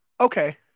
okay